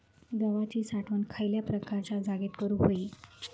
गव्हाची साठवण खयल्या प्रकारच्या जागेत करू होई?